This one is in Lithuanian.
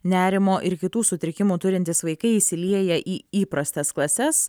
nerimo ir kitų sutrikimų turintys vaikai įsilieja į įprastas klases